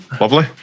lovely